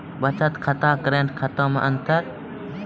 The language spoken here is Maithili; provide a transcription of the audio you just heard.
बचत खाता करेंट खाता मे अंतर?